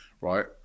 right